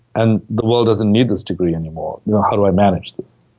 and the world doesn't need this degree anymore you know how do i manage this?